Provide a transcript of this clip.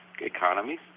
economies